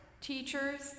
teachers